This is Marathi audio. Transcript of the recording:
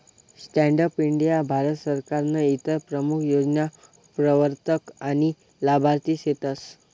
स्टॅण्डप इंडीया भारत सरकारनं इतर प्रमूख योजना प्रवरतक आनी लाभार्थी सेतस